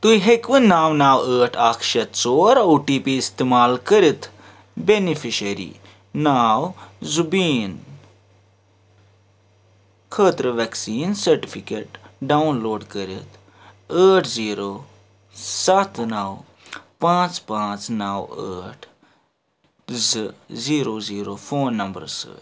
تُہۍ ہیٚکوا نَو نَو ٲٹھ اکھ شےٚ ژور او ٹی پی اِستعمال کٔرِتھ بیٚنِفیشرِی ناو زُبیٖن خٲطرٕ ویٚکسیٖن سٔرٹِفکیٹ ڈاوُن لوڈ کٔرِتھ ٲٹھ زیٖرو سَتھ نَو پانٛژھ پانٛژھ نَو ٲٹھ زٕ زیٖرو زیٖرو فون نمبرٕ سۭتۍ